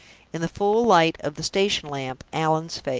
in the full light of the station-lamp, allan's face!